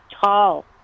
tall